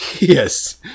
Yes